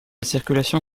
circulation